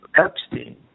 Epstein